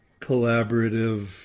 collaborative